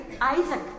Isaac